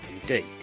indeed